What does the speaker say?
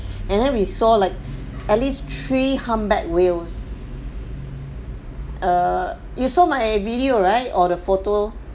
and then we saw like at least three humpback whales err you saw my video right or the photo